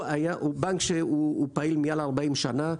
זה בנק שפעיל מעל ל-40 שנה,